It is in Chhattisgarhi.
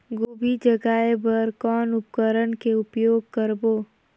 गोभी जगाय बर कौन उपकरण के उपयोग करबो?